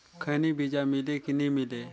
खैनी बिजा मिले कि नी मिले?